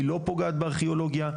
היא לא פוגעת בארכיאולוגיה.